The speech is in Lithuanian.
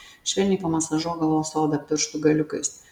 švelniai pamasažuok galvos odą pirštų galiukais